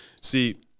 See